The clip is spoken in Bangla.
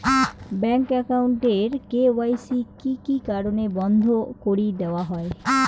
ব্যাংক একাউন্ট এর কে.ওয়াই.সি কি কি কারণে বন্ধ করি দেওয়া হয়?